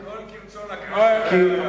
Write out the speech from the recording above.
הכול כרצון הכנסת.